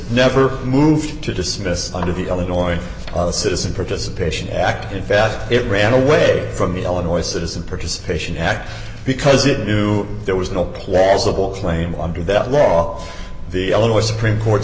never moved to dismiss out of the illinois citizen participation act in fact it ran away from the illinois citizen participation act because it knew there was no plausible claim on to that law the illinois supreme court's